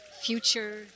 future